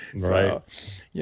Right